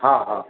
हाँ हाँ